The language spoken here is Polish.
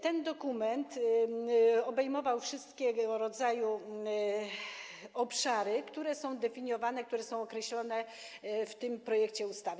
Ten dokument obejmował każdego rodzaju obszary, które są definiowane, które są określone w tym projekcie ustawy.